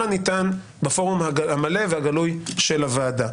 הניתן בפורום המלא והגלוי של הוועדה,